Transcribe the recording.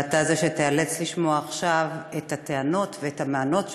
ואתה זה שייאלץ לשמוע עכשיו את הטענות והמענות שלנו.